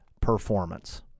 Performance